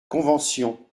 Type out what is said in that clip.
conventions